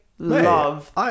love